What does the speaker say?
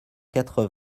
quatre